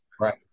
Right